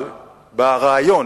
אבל בריאיון,